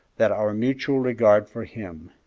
that our mutual regard for him,